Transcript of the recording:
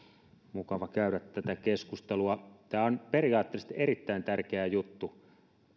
mukava käydä tätä keskustelua tämä on periaatteellisesti erittäin tärkeä juttu